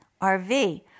RV